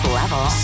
level